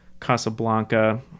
Casablanca